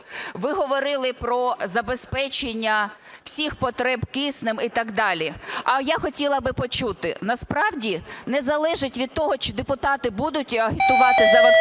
Ви говорили про забезпечення всіх потреб киснем і так далі. Я хотіла би почути, насправді не залежить від того, чи депутати будуть агітувати за вакцинування,